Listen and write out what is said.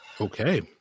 okay